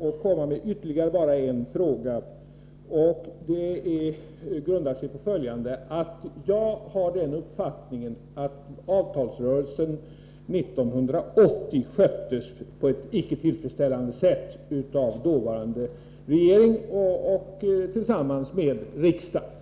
och komma med ytterligare en fråga, som grundar sig på följande. Jag har den uppfattningen att avtalsrörelsen 1980 sköttes på ett icke tillfredsställande sätt av dåvarande regering, tillsammans med riksdagen.